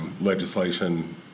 legislation